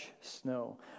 snow